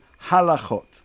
halachot